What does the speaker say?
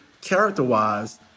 character-wise